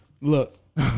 Look